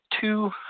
two